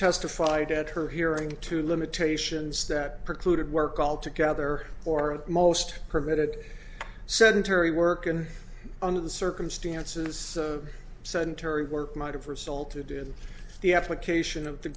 testified at her hearing to limitations that precluded work altogether or most permitted said terri workin under the circumstances sedentary work might have resulted in the application of the